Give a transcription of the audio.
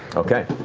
okay.